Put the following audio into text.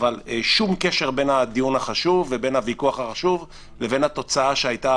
אבל אין שום קשר בין הדיון החשוב ובין הדיון החשוב לבין התוצאה שהייתה